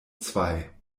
zwei